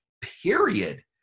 period